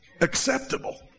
acceptable